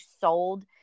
sold